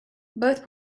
both